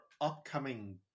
upcoming